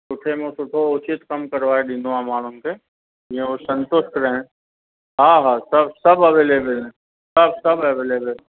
सुठे में सुठो उचित कम करवाए ॾींदो आहियां माण्हुनि खे जीअं उहो संतुष्ट रहण हा सभु सभु अवेलेबल आहिनि सभु सभु अवेलेबल